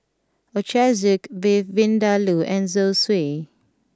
Ochazuke Beef Vindaloo and Zosui